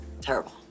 Terrible